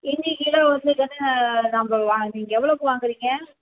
இங்கே கிலோ வந்து கண்ணு நம்ம வாங் நீங்கள் எவ்வளோக்கு வாங்குறீங்க